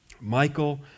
Michael